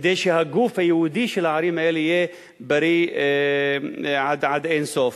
כדי שהגוף היהודי של הערים האלה יהיה בריא עד אין-סוף.